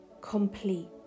complete